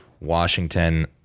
Washington